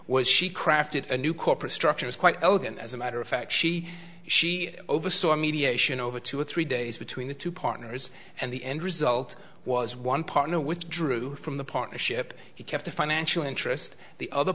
was she crafted a new corporate structure is quite elegant as a matter of fact she she oversaw a mediation over two or three days between the two partners and the end result was one partner with drew from the partnership he kept a financial interest the other